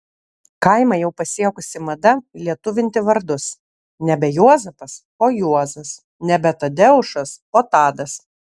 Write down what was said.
kaimą jau pasiekusi mada lietuvinti vardus nebe juozapas o juozas nebe tadeušas o tadas